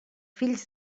fills